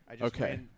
Okay